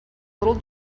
little